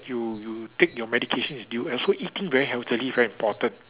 you you take your medication as due and also eating very healthily very important